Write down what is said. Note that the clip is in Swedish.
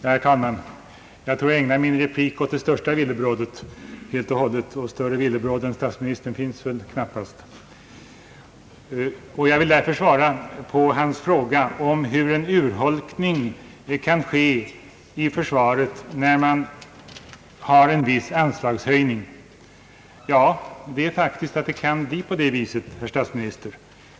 Herr talman! Jag bör väl ägna min replik åt det största villebrådet och större villebråd än statsministern finns väl knappast. Jag vill därför svara på hans fråga om hur en urholkning kan ske i försvaret, trots att man företar en viss anslagshöjning. Ja, det är faktiskt så att det blir på det viset, herr statsminister!